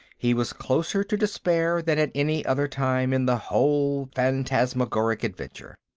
he was closer to despair than at any other time in the whole phantasmagoric adventure.